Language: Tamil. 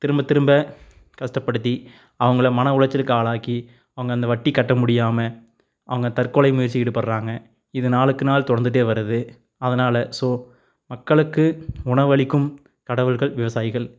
திரும்ப திரும்ப கஷ்டப்படுத்தி அவங்கள மன உளைச்சலுக்கு ஆளாக்கி அவங்க அந்த வட்டி கட்டமுடியுமா அவங்க தற்கொலை முயற்சி ஈடுபடுகிறாங்க இது நாளுக்கு நாள் தொடர்ந்துகிட்டே வருது அதனால் ஸோ மக்களுக்கு உணவளிக்கும் கடவுள்கள் விவசாயிகள்